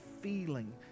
feeling